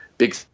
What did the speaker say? Big